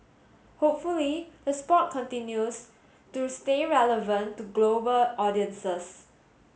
hopefully the sport continues to stay relevant to global audiences